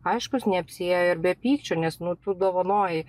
aišku neapsiėjo ir be pykčių nes nu tu dovanoji